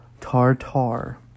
Tartar